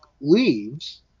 leaves